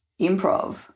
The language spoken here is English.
improv